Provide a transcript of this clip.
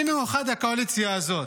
במיוחד הקואליציה הזאת.